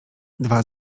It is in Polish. dwa